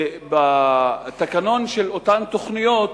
בתקנון של אותן תוכניות